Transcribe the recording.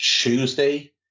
Tuesday